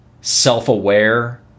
self-aware